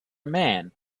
man